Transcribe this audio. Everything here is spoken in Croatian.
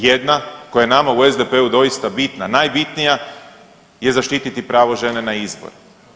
Jedna koja je nama u SDP-u doista bitna, najbitnija je zaštiti pravo žene na izbor.